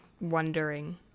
wondering